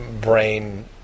brain